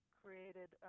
created